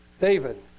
David